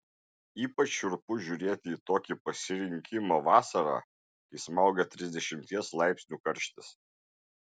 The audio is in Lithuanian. ypač šiurpiu žiūrėti į tokį pasirinkimą vasarą kai smaugia trisdešimties laipsnių karštis